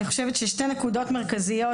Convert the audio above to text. אני חושבת ששתי נקודות מרכזיות,